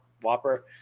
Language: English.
Whopper